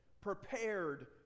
prepared